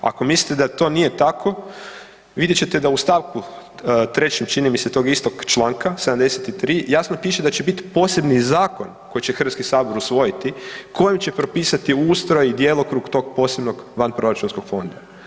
Ako mislite da to nije tako, vidjet ćete da u stavku 3., čini mi se, tog istog članka 73. jasno piše da će biti posebni Zakon koji će Hrvatski sabor usvojiti, kojim će propisati ustroj i djelokrug tog posebnog vanproračunskog fonda.